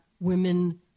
women